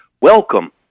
welcome